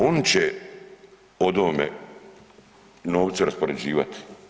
Oni će o ovome novcu raspoređivati.